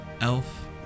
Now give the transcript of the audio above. elf